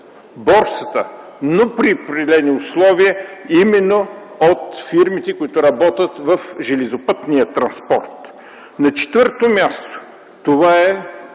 борсата, но при определени условия, именно от фирмите, които работят в железопътния транспорт. На четвърто място, това е